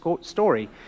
story